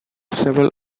several